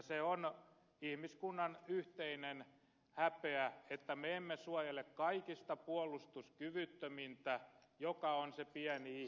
se on ihmiskunnan yhteinen häpeä että me emme suojele kaikista puolustuskyvyttömintä joka on se pieni ihmisen alku